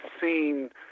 seen